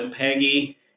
peggy